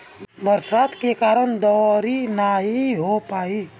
बरसात के कारण दँवरी नाइ हो पाई